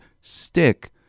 stick